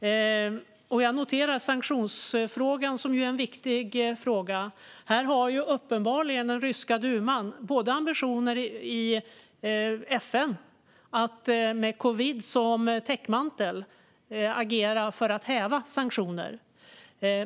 Jag noterar sanktionsfrågan, som ju är en viktig fråga. Här har uppenbarligen den ryska duman ambitioner i FN att med covid som täckmantel agera för att häva sanktioner.